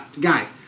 guy